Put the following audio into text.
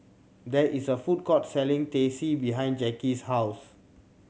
there is a food court selling Teh C behind Jacky's house